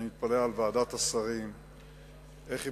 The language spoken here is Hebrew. אני מתפלא על ועדת השרים איך היא